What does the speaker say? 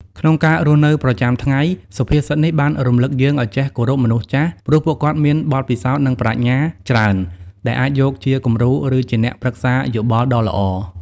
ក្នុងការរស់នៅប្រចាំថ្ងៃ សុភាសិតនេះបានរំលឹកយើងឱ្យចេះគោរពមនុស្សចាស់ ព្រោះពួកគាត់មានបទពិសោធន៍ និងប្រាជ្ញាច្រើន ដែលអាចយកជាគំរូ ឬជាអ្នកប្រឹក្សាយោបល់ដ៏ល្អ។